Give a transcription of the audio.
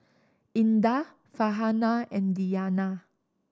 Indah Farhanah and Diyana